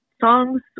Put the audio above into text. songs